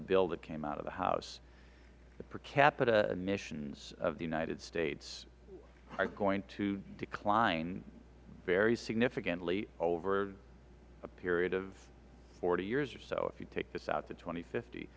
the bill that came out of the house the per capita emissions of the united states aren't going to decline very significantly over a period of forty years or so if you take this out to tw